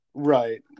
Right